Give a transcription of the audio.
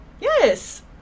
Yes